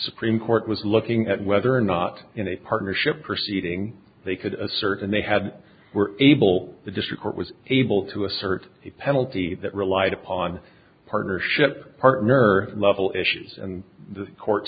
supreme court was looking at whether or not in a partnership proceeding they could assert and they had were able the district court was able to assert a penalty that relied upon partnership partner level issues and the court